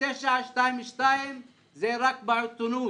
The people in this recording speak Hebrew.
החלטה 922 קיימת רק בעיתונות.